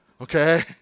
Okay